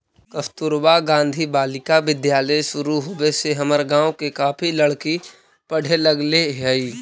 कस्तूरबा गांधी बालिका विद्यालय शुरू होवे से हमर गाँव के काफी लड़की पढ़े लगले हइ